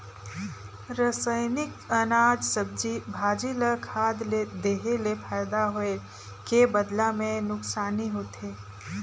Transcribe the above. रसइनिक अनाज, सब्जी, भाजी ल खाद ले देहे ले फायदा होए के बदला मे नूकसानी होथे